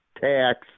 tax